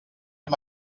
amb